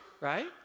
Right